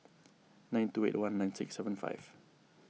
nine two eight one nine six seven five